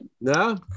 No